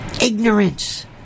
Ignorance